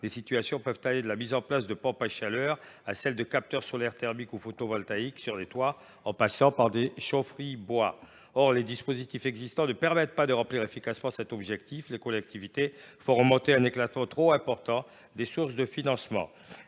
les situations, cela peut aller de la mise en place de pompes à chaleur à celle de capteurs solaires thermiques ou photovoltaïques sur les toits, en passant par l’installation de chaufferies bois. Or les dispositifs existants ne permettent pas d’atteindre efficacement cet objectif. Les collectivités font remonter un éclatement trop important des sources de financement.